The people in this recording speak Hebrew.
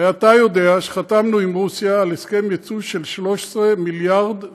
הרי אתה יודע שחתמנו עם רוסיה על הסכם יצוא של 13 מיליארד דולר.